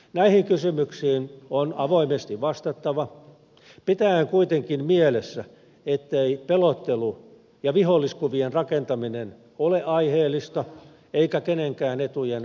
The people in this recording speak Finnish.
näihin kysymyksiin on avoimesti vastattava pitäen kuitenkin mielessä ettei pelottelu ja viholliskuvien rakentaminen ole aiheellista eikä kenenkään etujen mukaista